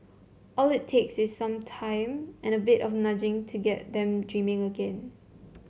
all it takes is some time and a bit of nudging to get them dreaming again